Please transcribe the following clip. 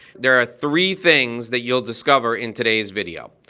there are three things that you'll discover in today's video.